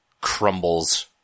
crumbles